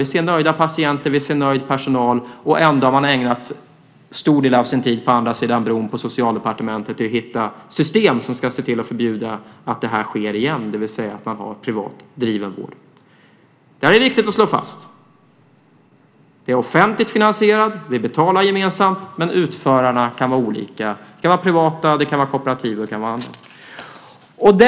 Vi ser nöjda patienter, och vi ser nöjd personal. Ändå har man ägnat stor del av sin tid på andra sidan bron från Riksdagshuset på Socialdepartementet till att hitta system som ska se till att förbjuda att det sker igen, det vill säga att man har privat driven vård. Det är viktigt att slå fast att vården är offentligt finansierad. Vi betalar gemensamt, men utförarna kan vara olika. Det kan vara privata, kooperativ och andra.